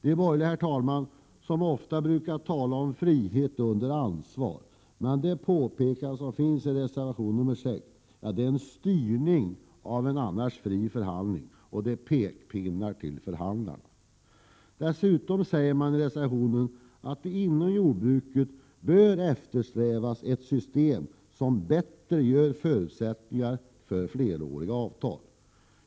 De borgerliga talar ofta om frihet under ansvar, men det påpekande som finns i reservation 6 innebär att de vill ha en styrning av en annars fri förhandling, och det är pekpinnar till förhandlarna. Dessutom sägs det i reservationen att det bör eftersträvas ett system som ger bättre förutsättningar för fleråriga avtal.